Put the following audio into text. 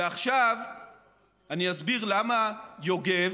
ועכשיו אני אסביר למה יוגב,